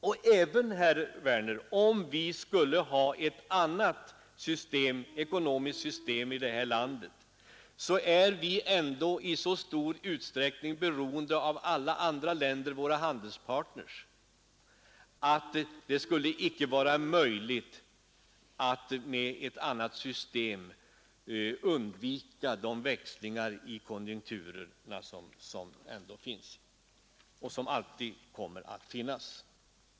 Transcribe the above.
Och även om vi skulle ha ett annat ekonomiskt system här i landet är vi ändå i så stor utsträckning beroende av våra handelspartners i andra länder att det inte skulle vara möjligt att med ett annat system undvika de växlingar i konjunkturerna som finns och som alltid kommer att finnas.